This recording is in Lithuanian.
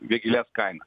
vėgėlės kaina